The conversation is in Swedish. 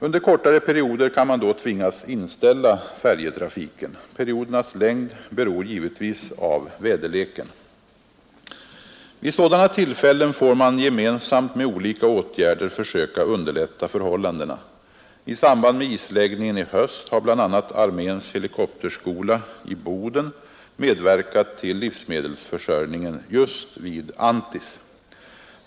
Under kortare perioder kan man då tvingas inställa färjetrafiken. Periodernas längd beror givetvis av väderleken. Vid sådana tillfällen får man gemensamt med olika åtgärder försöka underlätta förhållandena. I samband med isläggningen i höst har bl.a. arméns helikopterskola i Boden medverkat till livsmedelsförsörjningen just vid Anttis.